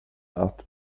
att